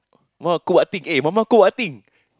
Ma cook what thing eh Mama cook what thing